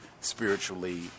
spiritually